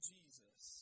Jesus